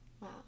Wow